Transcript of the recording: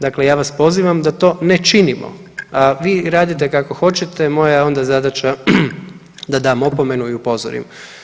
Dakle, ja vas pozivam da to ne činimo, a vi radite kako hoćete, moja je onda zadaća da dam opomenu i upozorim.